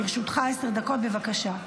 לרשותך עשר דקות, בבקשה.